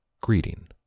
Greeting